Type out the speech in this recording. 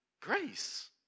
grace